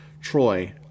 Troy